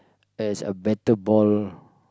as a better ball